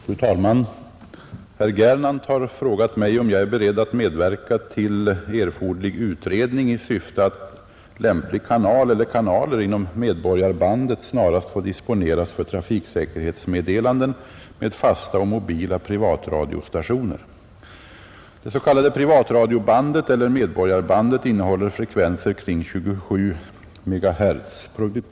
Fru talman! Herr Gernandt har frågat mig om jag är beredd att medverka till erforderlig utredning i syfte att lämplig kanal inom medborgarbandet snarast får disponeras för trafiksäkerhetsmeddelanden med fasta och mobila privatradiostationer. Det s.k. privatradiobandet eller medborgarbandet innehåller frekvenser kring 27 MHz.